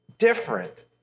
different